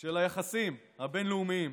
של היחסים הבין-לאומיים.